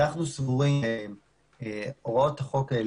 אנחנו סבורים שהוראות החוק האלה,